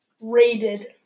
rated